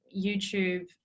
YouTube